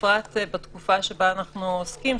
בפרט בתקופה שבה אנו עוסקים,